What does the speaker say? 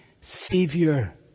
Savior